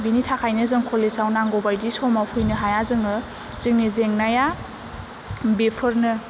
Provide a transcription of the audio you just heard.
बेनि थाखायनो जों कलेजाव नांगौबायदि समाव फैनो हाया जोङो जोंनि जेंनाया बेफोरनो